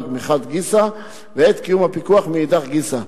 מחד גיסא וקיום הפיקוח מאידך גיסא.